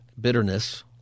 bitterness